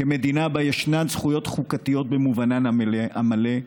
כמדינה שבה ישנן זכויות חוקתיות במובנן המלא,